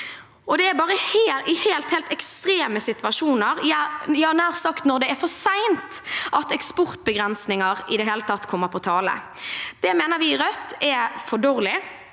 Det er bare i helt ekstreme situasjoner, nær sagt når det er for sent, at eksportbegrensninger i det hele tatt kommer på tale. Det mener vi i Rødt er for dårlig.